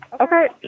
Okay